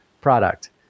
product